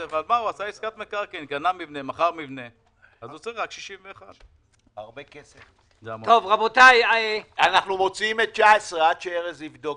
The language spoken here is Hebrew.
סעיף 46. יש אנשים שלא צריכים בכלל את אישור התרומות,